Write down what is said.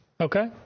Okay